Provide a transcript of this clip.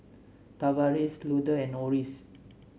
Tavaris Luther and Orris